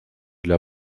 для